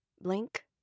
Blink